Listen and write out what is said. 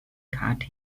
karte